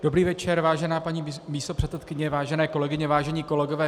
Dobrý večer, vážená paní místopředsedkyně, vážené kolegyně, vážení kolegové.